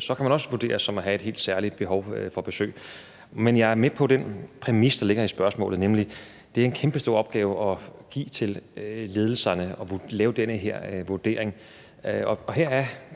Så kan man også vurderes som at have et helt særligt behov for besøg. Men jeg er med på den præmis, der ligger i spørgsmålet, nemlig at det er en kæmpestor opgave at give til ledelserne at lave den her vurdering.